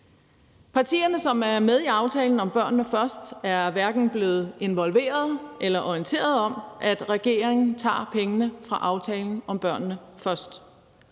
Partierne, som er med i aftalen »Børnene Først«, er hverken blevet involveret i eller orienteret om, at regeringen tager pengene fra aftalen »Børnene Først«,